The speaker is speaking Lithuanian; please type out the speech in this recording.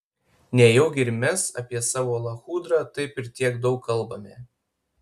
nejaugi ir mes apie savo lachudrą taip ir tiek daug kalbame